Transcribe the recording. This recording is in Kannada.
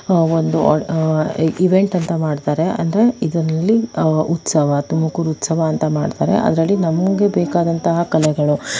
ಒಂದು ಈವೆಂಟ್ ಅಂತ ಮಾಡ್ತಾರೆ ಅಂದರೆ ಇದನ್ನಿಲ್ಲಿ ಉತ್ಸವ ತುಮಕೂರು ಉತ್ಸವ ಅಂತ ಮಾಡ್ತಾರೆ ಅದರಲ್ಲಿ ನಮಗೆ ಬೇಕಾದಂಥ ಕಲೆಗಳು